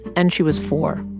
and she was four.